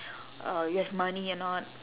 uh you have money or not